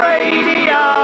Radio